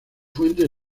fuentes